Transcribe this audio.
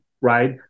right